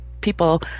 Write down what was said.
people